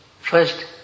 First